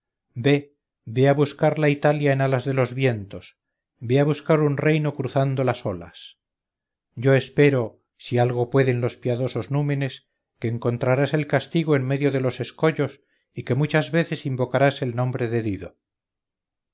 ve ve a buscar la italia en alas de los vientos ve a buscar un reino cruzando las olas yo espero si algo pueden los piadosos númenes que encontrarás el castigo en medio de los escollos y que muchas veces invocarás el nombre de dido